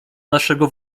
naszego